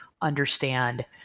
understand